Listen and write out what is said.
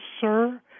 sir